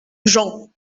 jean